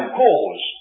cause